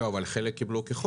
אבל חלק קיבלו כחוק.